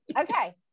Okay